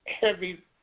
heavy